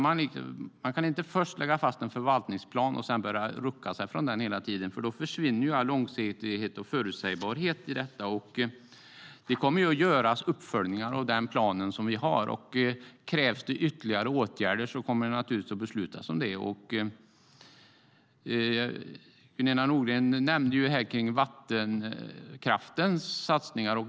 Man kan inte först lägga fast en förvaltningsplan och sedan börja rucka på den, för då försvinner all långsiktighet och förutsägbarhet. Det kommer att göras uppföljningar av den plan som vi har, och om det krävs ytterligare åtgärder kommer det naturligtvis att beslutas om det. Gunilla Nordgren nämnde vattenkraftens satsningar.